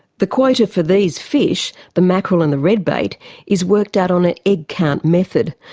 the quota for these fish the mackerel and the redbait is worked out on ah egg count method,